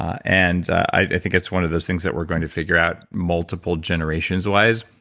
and i think it's one of those things that we're going to figure out multiple generations-wise.